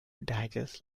digest